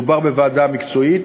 מדובר בוועדה מקצועית